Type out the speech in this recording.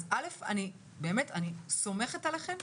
אני סומכת עליכם,